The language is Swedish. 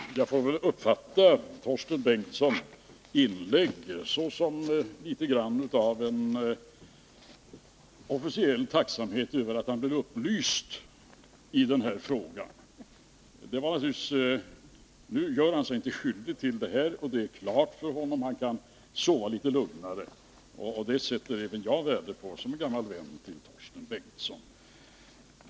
Herr talman! Jag får väl uppfatta Torsten Bengtsons inlägg såsom litet grand av officiell tacksamhet över att han blev upplyst i löntagarfondsfrågan. Nu gör han sig inte skyldig till några missförstånd, och han kan sova litet lugnare. Det sätter även jag värde på som gammal vän till Torsten Bengtson.